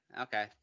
okay